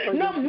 no